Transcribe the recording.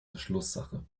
verschlusssache